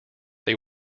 they